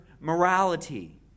morality